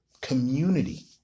Community